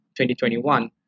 2021